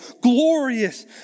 glorious